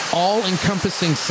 all-encompassing